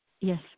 Yes